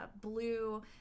Blue